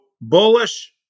Bullish